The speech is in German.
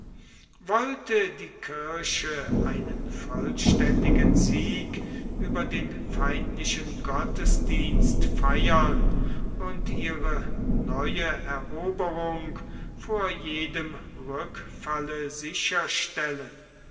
wollte die kirche einen vollständigen sieg über den feindlichen gottesdienst feiern und ihre neue eroberung vor jedem rückfalle